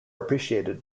appreciated